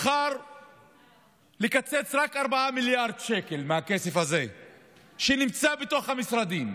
בחר לקצץ רק 4 מיליארד שקל מהכסף הזה שנמצא בתוך המשרדים.